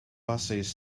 busses